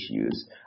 issues